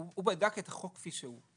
הוא בדק את החוק כפי שהוא,